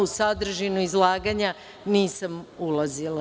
U sadržinu izlaganja nisam ulazila.